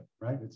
right